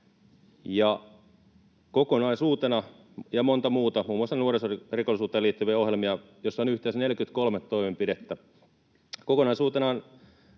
jengirikollisuuteen ja monia muita, muun muassa nuorisorikollisuuteen liittyviä ohjelmia, joissa on yhteensä 43 toimenpidettä. Kokonaisuutena